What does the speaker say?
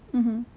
mmhmm